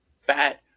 fat